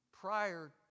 prior